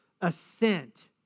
assent